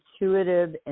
intuitive